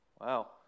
Wow